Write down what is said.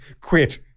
quit